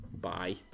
Bye